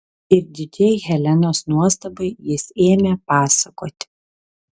ir didžiai helenos nuostabai jis ėmė pasakoti